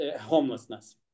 homelessness